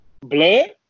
blood